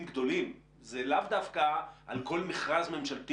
גדולים ולאו דווקא על כל מכרז ממשלתי